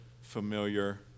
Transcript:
familiar